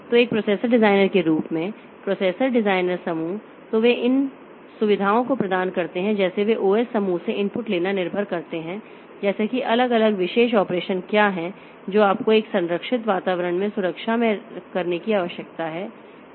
तो एक processor designer के रूप में प्रोसेसर डिजाइनर समूह तो वे इन सुविधाओं को प्रदान करते हैं जैसे वे ओएस समूह से इनपुट लेना निर्भर करते हैं जैसे कि अलग अलग विशेष ऑपरेशन क्या हैं जो आपको एक संरक्षित वातावरण में सुरक्षा में करने की आवश्यकता है